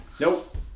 Nope